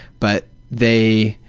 but they,